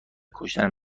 کشتن